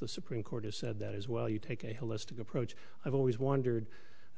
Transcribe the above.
the supreme court has said that as well you take a holistic approach i've always wondered